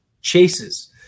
chases